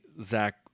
Zach